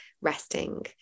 resting